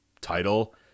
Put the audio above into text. title